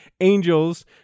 angels